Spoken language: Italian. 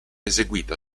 eseguita